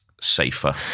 safer